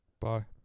Bye